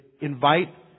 invite